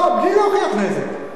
בלי להוכיח נזק.